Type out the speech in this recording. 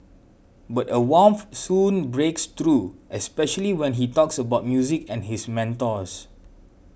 but a warmth soon breaks through especially when he talks about music and his mentors